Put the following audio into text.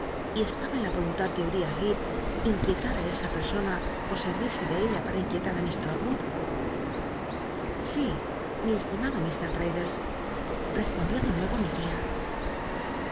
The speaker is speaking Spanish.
y estaba en la y heep inquietar á esa persona ó servirse de ella para inquietar ü miss trotwood si mi estimado mt l'raddlcs respondió de nuevo mi tia